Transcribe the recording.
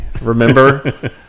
Remember